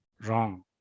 wrong